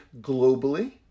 globally